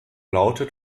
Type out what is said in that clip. lautet